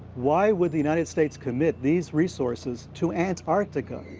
why would the united states commit these resources to antarctica?